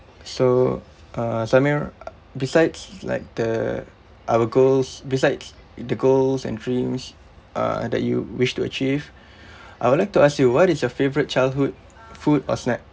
so uh zamir err besides like the our goals besides the goals and dreams uh that you wished to achieve I would like to ask you what is your favourite childhood food or snack